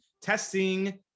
testing